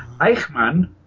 Eichmann